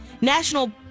National